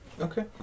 Okay